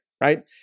right